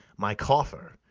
my coffer,